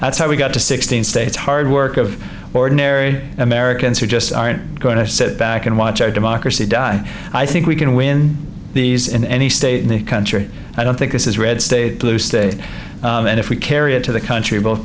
that's how we got to sixteen states hard work of ordinary americans who just aren't going to sit back and watch our democracy die i think we can win these in any state in the country i don't think this is red state blue state and if we carry it to the country both